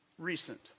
recent